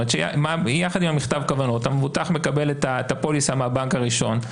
שיחד עם מכתב הכוונות המבוטח מקבל את הפוליסה מהבנק הראשון.